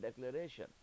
declaration